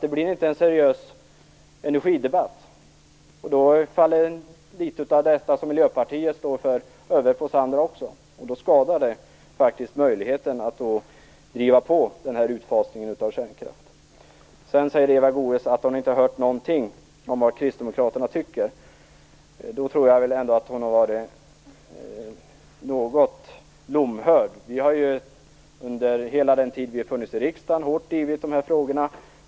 Det blir inte en seriös energidebatt, och litet av det som Miljöpartiet står för faller över på oss andra också. Då skadar det faktiskt möjligheten att driva på utfasningen av kärnkraften. Sedan säger Eva Goës att hon inte har hört någonting om vad kristdemokraterna tycker. Då tror jag ändå att hon har varit något lomhörd. Vi har under hela den tid vi har funnits i riksdagen drivit de här frågorna hårt.